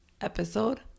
episode